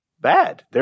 bad